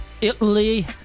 Italy